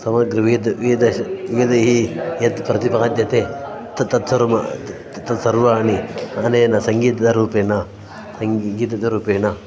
समग्र वेद् वेद वेदैः यत् प्रतिपाद्यते त तत् सर्म तत तत् सर्वाणि अनेन सङ्गीतरूपेण सङ्गीतरूपेण